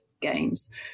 games